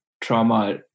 trauma